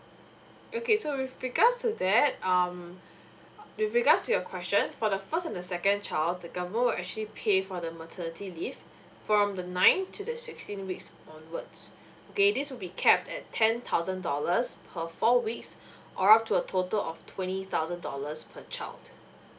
okay so with regards to that um with regards to your question for the first and the second child the government will actually pay for the maternity leave from the nine to the sixteen weeks onwards okay this will be capped at ten thousand dollars per four weeks or up to a total of twenty thousand dollars per child